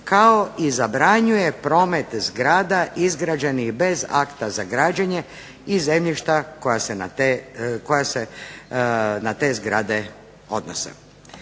kao i zabranjuje promet zgrada izgrađenih bez akta za građenje i zemljišta koja se na te zgrade odnose.